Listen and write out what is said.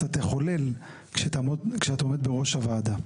אתה תחולל כשאתה עומד בראש הוועדה.